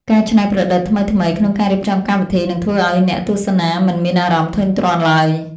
ការច្នៃប្រឌិតថ្មីៗ ក្នុងការរៀបចំកម្មវិធីនឹងធ្វើឱ្យអ្នកទស្សនាមិនមានអារម្មណ៍ធុញទ្រាន់ឡើយ។